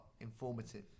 informative